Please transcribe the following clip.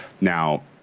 now